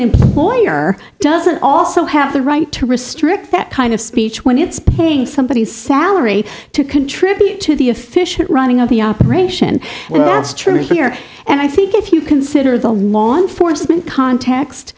boyer doesn't also have the right to restrict that kind of speech when it's paying somebody salary to contribute to the efficient running of the operation true here and i think if you consider the law enforcement context